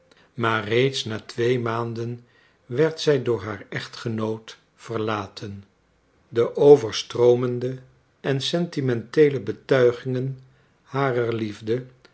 maar reeds na twee maanden werd zij door haar echtgenoot verlaten de overstroomende en sentimenteele betuigingen harer liefde